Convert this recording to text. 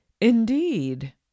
Indeed